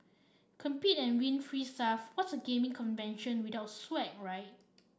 compete and win free stuff what's a gaming convention without swag right